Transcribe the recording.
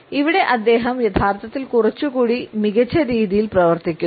ഇവിടെ അദ്ദേഹം യഥാർത്ഥത്തിൽ കുറച്ചുകൂടി മികച്ചരീതിയിൽ പ്രവർത്തിക്കുന്നു